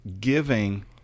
giving